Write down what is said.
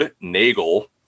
Nagel